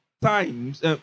times